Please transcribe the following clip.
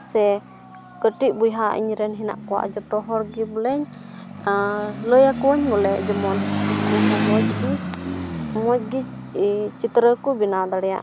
ᱥᱮ ᱠᱟᱹᱴᱤᱡ ᱵᱚᱭᱦᱟ ᱤᱧᱨᱮᱱ ᱦᱮᱱᱟᱜ ᱠᱚᱣᱟ ᱡᱚᱛᱚ ᱦᱚᱲᱜᱮ ᱵᱚᱞᱮᱧ ᱞᱟᱹᱭ ᱟᱠᱚᱣᱟᱹᱧ ᱵᱚᱞᱮ ᱡᱮᱢᱚᱱ ᱩᱱᱠᱩ ᱦᱚᱸ ᱢᱚᱡᱽᱜᱮ ᱢᱚᱡᱽᱜᱮ ᱪᱤᱛᱛᱨᱚ ᱠᱚ ᱵᱮᱱᱟᱣ ᱫᱟᱲᱮᱭᱟᱜᱼᱟ